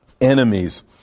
enemies